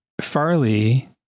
Farley